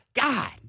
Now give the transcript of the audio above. God